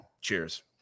Cheers